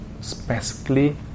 specifically